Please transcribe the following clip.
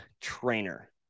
trainer